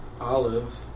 Olive